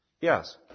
Yes